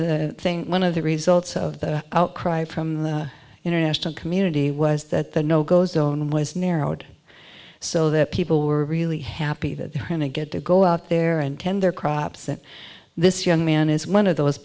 things one of the results of the outcry from the international community was that the no go zone was narrowed so that people were really happy that they're going to get to go out there and tend their crops that this young man is one of those